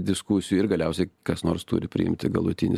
diskusijų ir galiausiai kas nors turi priimti galutinį